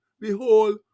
Behold